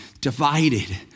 divided